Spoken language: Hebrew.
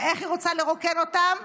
ואיך היא רוצה לרוקן אותם?